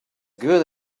good